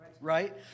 right